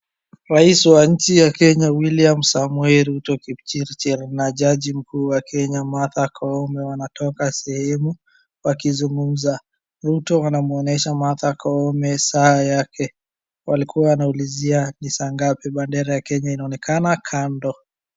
Rais wa nchi wa Kenya William Samoei Ruto Kipchirchir na jaji mkuu wa Kenya Martha Kome wanatoka sehemu wakizungumza. Ruto anamwonyesha Martha Koome saa yake, walikuwa wanaulizia ni saa ngapi. Bendera ya Kenya inaonekana kando.